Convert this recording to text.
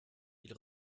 ils